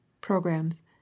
programs